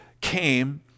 came